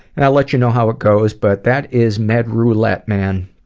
and i'll let you know how it goes, but that is mad roulette, man,